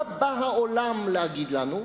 מה בא העולם להגיד לנו?